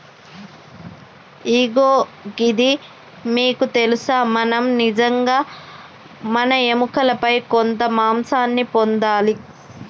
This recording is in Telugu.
ఇగో గిది మీకు తెలుసా మనం నిజంగా మన ఎముకలపై కొంత మాంసాన్ని పొందాలి